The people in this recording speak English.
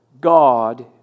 God